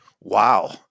Wow